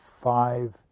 five